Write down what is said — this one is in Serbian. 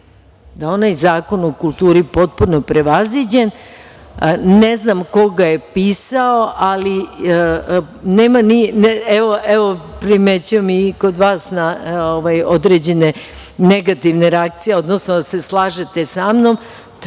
je onaj Zakon o kulturi u potpuno prevaziđen, ne znam ko ga je pisao, ali evo primećujem i kod vas određene negativne reakcije, odnosno da se slažete sa mnom.